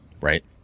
right